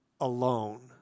alone